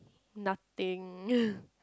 nothing